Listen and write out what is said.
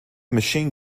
machine